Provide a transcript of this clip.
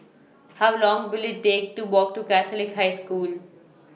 How Long Will IT Take to Walk to Catholic High School